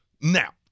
now